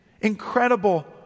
incredible